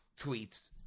tweets